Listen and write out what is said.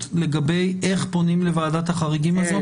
לגבי איך פונים לוועדת החריגים הזאת?